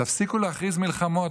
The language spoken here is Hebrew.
תפסיקו להכריז על מלחמות.